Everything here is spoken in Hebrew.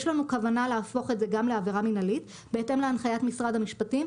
יש לנו כוונה להפוך את זה גם לעבירה מנהלית בהתאם להנחיית משרד המשפטים.